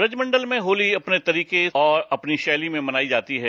ब्रज मंडल में होली अपने तरीके और अपनी शैली में मनाई जाती है